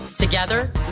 Together